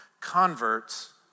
converts